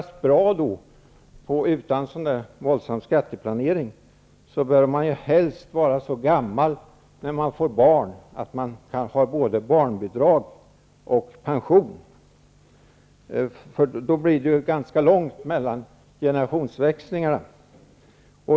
Om man då -- utan en våldsam skatteplanering -- skall lyckas bra, bör man helst vara så gammal när man får barn att man åtnjuter både barnbidrag och pension. På det sättet blir det ganska långt mellan generationsväxlingarna.